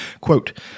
Quote